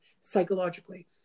psychologically